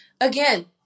again